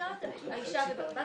נשארת בת הזוג.